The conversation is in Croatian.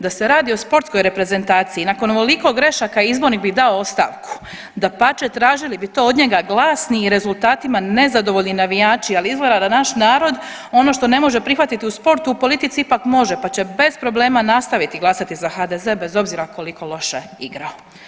Da se radi o sportskoj reprezentaciji nakon ovoliko grešaka izbornik bi dao ostavku, dapače tražili bi to od njega glasni i rezultatima nezadovoljni navijači, ali izgleda da naš narod ono što ne može prihvatiti u sportu u politici ipak može, pa će bez problema nastaviti glasati za HDZ bez obzira koliko loše igrao.